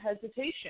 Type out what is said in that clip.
hesitation